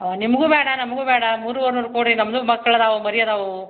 ಹಾಂ ನಿಮ್ಗೂ ಬೇಡ ನಮ್ಗೂ ಬೇಡ ಮೂರುವರೆ ನೂರು ಕೊಡಿ ನಮ್ದೂ ಮಕ್ಳು ಇದಾವು ಮರಿ ಇದಾವು